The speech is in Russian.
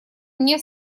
мне